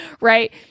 right